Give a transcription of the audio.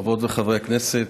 חברות וחברי הכנסת,